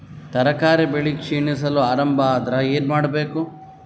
ತರಕಾರಿ ಬೆಳಿ ಕ್ಷೀಣಿಸಲು ಆರಂಭ ಆದ್ರ ಏನ ಮಾಡಬೇಕು?